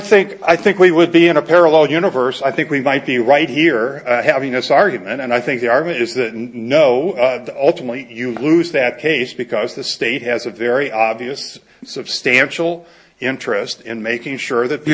think i think we would be in a parallel universe i think we might be right here having us argument and i think the argument is that no the ultimately you lose that case because the state has a very obvious substantial interest in making sure that you